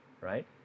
right